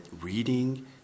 reading